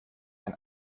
ein